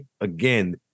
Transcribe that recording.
again